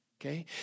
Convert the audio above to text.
Okay